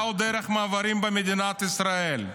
באו דרך מעברים במדינת ישראל.